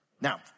Now